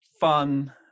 fun